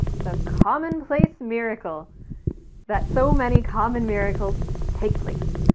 the commonplace miracle that so many common miracles take place.